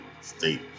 state